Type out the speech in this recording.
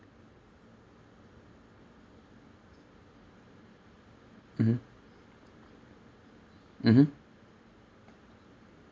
mmhmm mmhmm